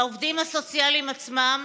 והעובדים הסוציאליים עצמם,